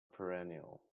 perennial